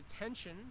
attention